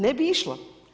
Ne bi išlo.